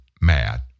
mad